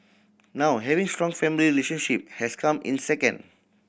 now having strong family relationship has come in second